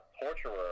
torturer